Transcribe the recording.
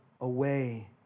away